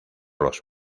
los